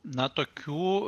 na tokių